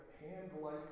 hand-like